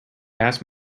asked